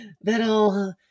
that'll